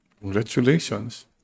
Congratulations